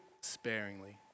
sparingly